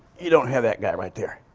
you don't have that guy right there.